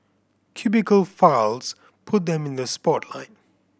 Cubicle Files put them in the spotlight